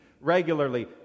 regularly